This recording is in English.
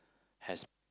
has